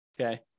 okay